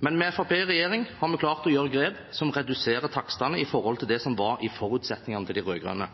men med Fremskrittspartiet i regjering har vi klart å ta grep som reduserer takstene i forhold til det som var i forutsetningene til de rød-grønne.